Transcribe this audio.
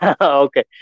Okay